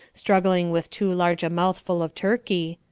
struggling with too large a mouthful of turkey,